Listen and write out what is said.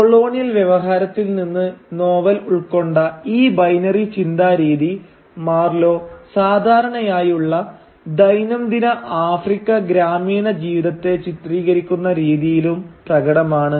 colonial വ്യവഹാരത്തിൽ നിന്ന് novel ഉൾക്കൊണ്ട ഈ ബൈനറി ചിന്താരീതി മാർലോ സാധാരണയായുള്ള ദൈനംദിന ആഫ്രിക്ക ഗ്രാമീണ ജീവിതത്തെ ചിത്രീകരിക്കുന്ന രീതിയിലും പ്രകടമാണ്